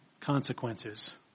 consequences